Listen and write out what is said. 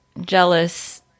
jealous